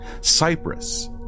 Cyprus